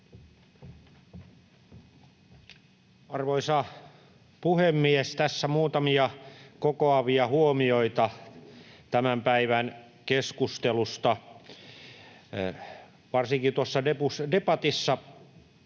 Arvoisa puhemies! Tässä muutamia kokoavia huomioita tämän päivän keskustelusta: Varsinkin tuossa debatissa puhuttiin